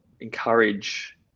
encourage